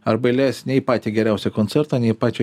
arba įleis ne į patį geriausią koncertą ne į pačią